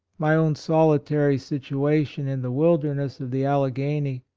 my own solitary situation in the wilderness of the alleghany,